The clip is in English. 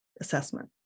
assessment